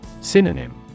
Synonym